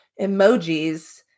emojis